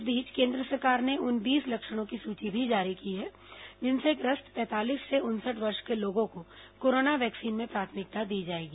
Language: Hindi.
इस बीच केन्द्र सरकार ने उन बीस लक्षणों की सूची भी जारी की है जिनसे ग्रस्त पैंतालीस से उनसठ वर्ष के लोगों को कोरोना वैक्सीन में प्राथमिकता दी जाएगी